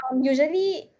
usually